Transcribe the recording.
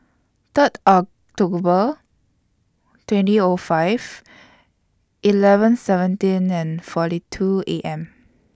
Third October twenty O five eleven seventeen and forty two A M